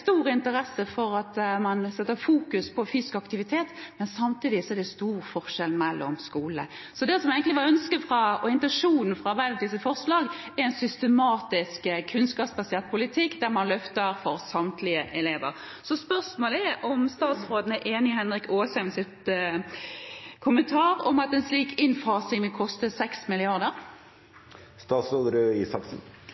stor interesse for at man setter fokus på fysisk aktivitet, men samtidig er det store forskjeller mellom skolene. Det som er ønsket og intensjonen i Arbeiderpartiets forslag, er en systematisk kunnskapsbasert politikk, der man løfter for samtlige elever. Spørsmålet er om statsråden er enig i representanten Asheims kommentar om at en slik innfasing